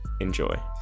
Enjoy